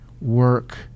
work